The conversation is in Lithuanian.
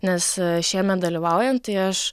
nes šiemet dalyvaujant tai aš